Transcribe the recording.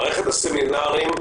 מערכת הסמינרים,